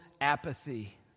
apathy